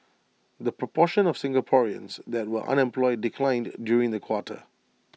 the proportion of Singaporeans that were unemployed declined during the quarter